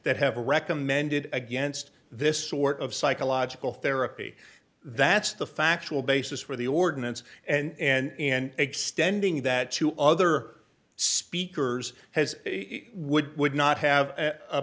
that have recommended against this sort of psychological therapy that's the factual basis for the ordinance and extending that to other speakers has would would not have a